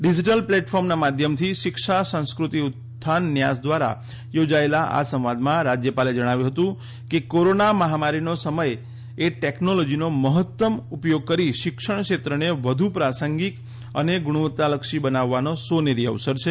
digital પ્લેટફોર્મના માધ્યમથી શિક્ષા સંસ્કૃતિ ઉત્થાન ન્યાસ દ્વારા યોજાયેલા આ સંવાદમાં રાજ્યપાલે જણાવ્યું હતું કે કોરોના મહામારીનો સમય એ ટેકનોલોજીનો મહત્તમ ઉપયોગ કરી શિક્ષણ ક્ષેત્રને વધુ પ્રાસંગિક અને ગુણવત્તલક્ષી બનાવવાનો સોનેરી અવસર છે